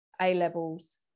A-levels